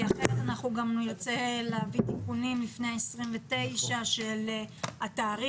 כי אחרת נרצה להביא תיקונים לפני ה-29 של התאריך,